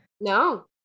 no